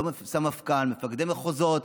לא את הסמפכ"ל או מפקדי מחוזות.